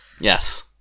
Yes